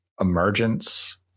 emergence